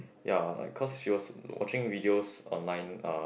ya like cause she was watching videos online uh